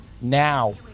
now